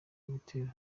ibitero